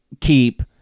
keep